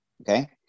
okay